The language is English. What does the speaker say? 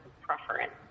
preference